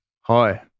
hi